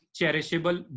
cherishable